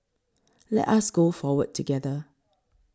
let us go forward together